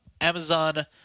Amazon